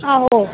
आहो